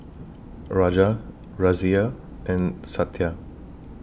Raja Razia and Satya